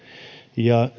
ja